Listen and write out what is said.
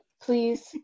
Please